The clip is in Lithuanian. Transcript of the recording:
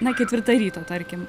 na ketvirta ryto tarkim